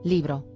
Libro